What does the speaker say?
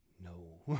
no